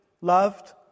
loved